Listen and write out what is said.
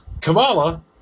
Kamala